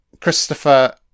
Christopher